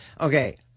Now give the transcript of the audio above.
Okay